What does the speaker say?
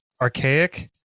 archaic